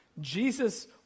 Jesus